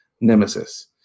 Nemesis